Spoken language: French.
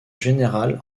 générale